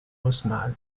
haussmann